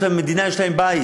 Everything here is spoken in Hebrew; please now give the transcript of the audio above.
יש להם מדינה, יש להם בית.